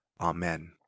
Amen